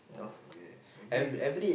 uh yes maybe